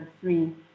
three